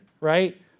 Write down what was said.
right